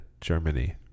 Germany